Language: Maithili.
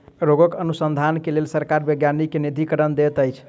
रोगक अनुसन्धान के लेल सरकार वैज्ञानिक के निधिकरण दैत अछि